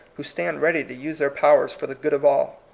who stand ready to use their powers for the good of all.